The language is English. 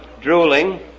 drooling